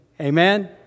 Amen